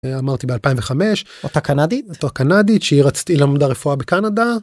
אמרתי ב-2005 אותה קנדית אותה קנדית שהיא רציתי למדה רפואה בקנדה.